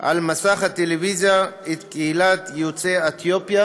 על מסך הטלוויזיה את קהילת יוצאי אתיופיה